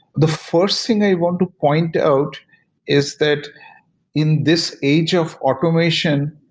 the first thing i want to point out is that in this age of automation,